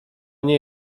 nie